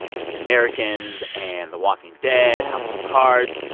and the americans, and the walking dead, house of cards.